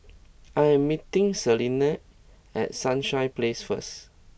I am meeting Selene at Sunrise Place first